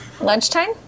lunchtime